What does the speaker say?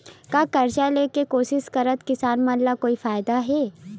का कर्जा ले के कोशिश करात किसान मन ला कोई फायदा हे?